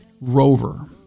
rover